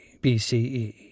BCE